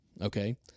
Okay